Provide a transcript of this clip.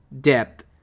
depth